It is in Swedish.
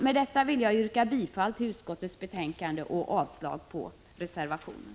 Med detta vill jag yrka bifall till utskottets hemställan och avslag på reservationen.